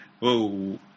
Whoa